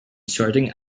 sorting